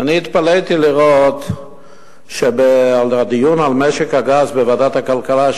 ואני התפלאתי לראות שבדיון על משק הגז בוועדת הכלכלה,